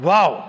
Wow